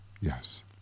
yes